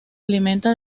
alimenta